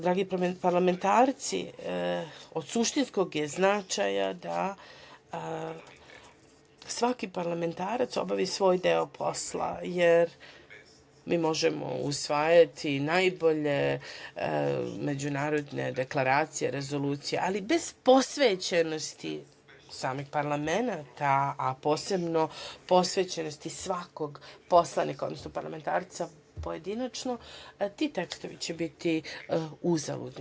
Dragi parlamentarci, od suštinskog je značaja da svaki parlamentarac obavi svoj deo posla, jer mi možemo usvajati najbolje međunarodne deklaracije i rezolucije, ali bez posvećenosti samih parlamenata, a posebno posvećenosti svakog poslanika, odnosno parlamentarca pojedinačno, ti tekstovi će biti uzaludni.